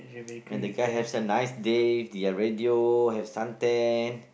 and the guy has a nice date he had radio have sundae